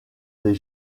des